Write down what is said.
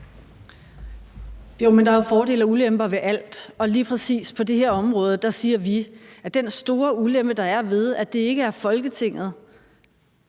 Jo, men der er jo fordele og ulemper ved alt, og lige præcis på det her område siger vi, at den store ulempe, der er, ved at det ikke er Folketinget,